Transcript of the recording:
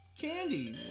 candy